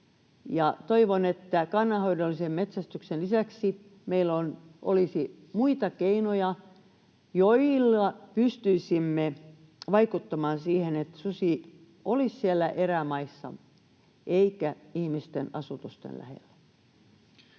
toivon, että kannanhoidollisen metsästyksen lisäksi meillä olisi muita keinoja, joilla pystyisimme vaikuttamaan siihen, että susi olisi siellä erämaissa eikä ihmisten asutusten lähellä.